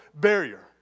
barrier